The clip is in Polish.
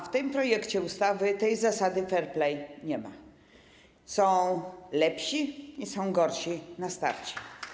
W tym projekcie ustawy tej zasady fair play nie ma, są lepsi i są gorsi na starcie.